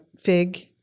fig